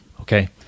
Okay